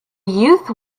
youth